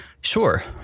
sure